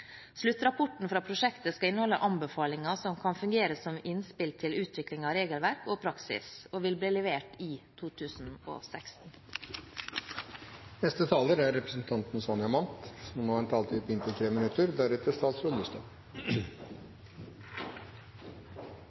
Sluttrapporten fra prosjektet skal inneholde anbefalinger som kan fungere som innspill til utvikling av regelverk og praksis, og vil bli levert i 2016. Takk for hyggelig hilsen. Det er ingen bedre måte å feire bursdagen sin på enn på